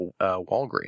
walgreens